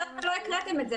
לא הקראתם את זה.